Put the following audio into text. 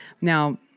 Now